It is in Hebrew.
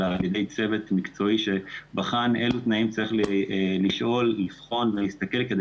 אלא על-ידי צוות מקצועי שבחן איזה תנאים צריך לבחון כדי